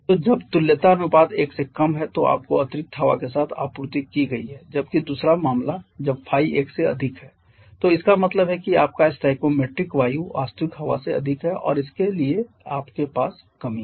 तो जब तुल्यता अनुपात 1 से कम है तो आपको अतिरिक्त हवा के साथ आपूर्ति की गई है जबकि दूसरा मामला जब ϕ 1 से अधिक है तो इसका मतलब है कि आपका स्टोइकोमेट्रिक वायु वास्तविक हवा से अधिक है और इसलिए आपके पास कमी है